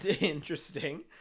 interesting